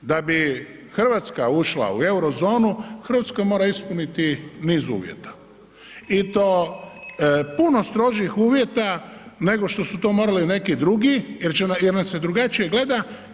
Da bi Hrvatska ušla u euro zonu Hrvatska mora ispuniti niz uvjeta i to puno strožih uvjeta nego što su to morali neki drugi jer nas se drugačije gleda.